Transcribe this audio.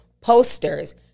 posters